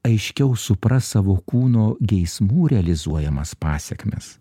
aiškiau supras savo kūno geismų realizuojamas pasekmes